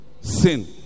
Sin